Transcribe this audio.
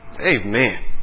Amen